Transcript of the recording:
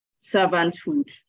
servanthood